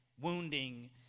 wounding